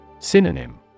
Synonym